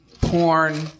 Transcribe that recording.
porn